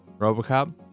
Robocop